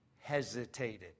hesitated